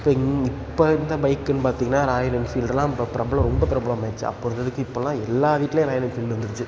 இப்போ இங் இப்போ வந்த பைக்குன்னு பார்த்தீங்கன்னா ராயல் என்ஃபீல்டுலாம் இப்போ பிரபலம் ரொம்ப பிரபலம் ஆயிடுச்சு அப்போ இருந்ததுக்கு இப்போல்லாம் எல்லார் வீட்லையும் ராயல் என்ஃபீல்டு வந்துருச்சு